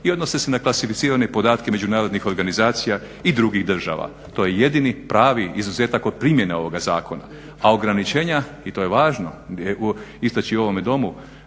i odnose se na klasificirane podatke međunarodnih organizacija i drugih država. To je jedini pravi izuzetak od primjene ovoga zakona, a ograničenja i to je važno istaći u ovome Domu,